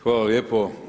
Hvala lijepo.